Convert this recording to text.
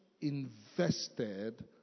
invested